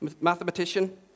mathematician